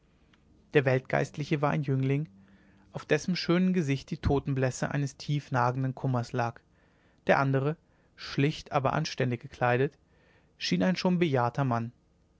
der weltgeistliche war ein jüngling auf dessen schönem gesichte die totenblässe eines tief nagenden kummers lag der andere schlicht aber anständig gekleidet schien ein schon bejahrter mann